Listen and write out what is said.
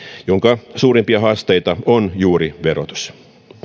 jonka suurimpia haasteita on juuri verotus